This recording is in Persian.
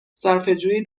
صرفهجویی